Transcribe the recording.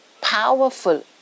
powerful